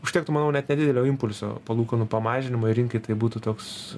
užtektų manau net nedidelio impulso palūkanų pamažinimui rinkai tai būtų toks